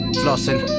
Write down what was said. flossing